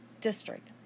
district